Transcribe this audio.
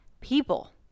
people